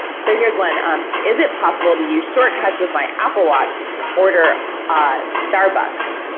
so here's one. um is it possible to use shortcuts with my apple watch to and order ah starbucks?